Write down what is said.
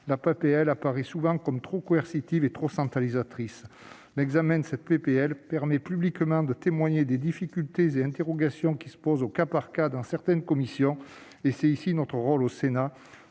cette proposition de loi est trop coercitive et trop centralisatrice. L'examen de cette dernière permet publiquement de témoigner des difficultés et interrogations qui se posent au cas par cas dans certaines commissions, et tel est le rôle du Sénat.